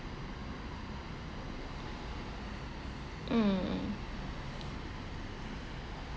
mm mm mm